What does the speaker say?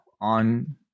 on